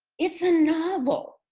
it's a novel.